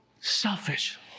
selfish